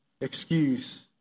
excuse